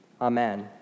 Amen